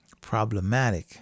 problematic